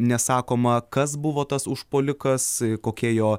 nesakoma kas buvo tas užpuolikas kokia jo